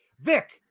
Vic